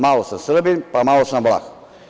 Malo sam Srbin, malo sam Vlah.